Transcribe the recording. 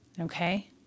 okay